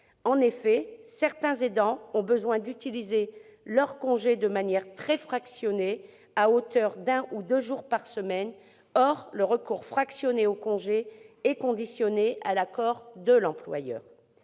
que certains aidants ont besoin d'utiliser leur congé de manière très fractionnée, à hauteur d'un ou de deux jours par semaine, le recours fractionné au congé est conditionné à l'accord de l'employeur.